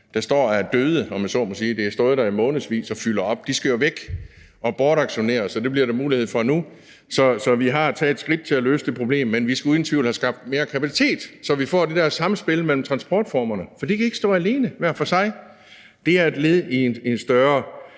der står og er døde, om man så må sige; de har stået der i månedsvis og fylder op. De skal jo væk og bortauktioneres, og det bliver der mulighed for nu. Så vi har taget skridt til at løse det problem, men vi skal uden tvivl have skabt mere kapacitet, så vi får det der samspil mellem transportformerne. For det kan ikke stå alene, hver for sig. Det er et led i en større